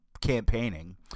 campaigning